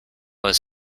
was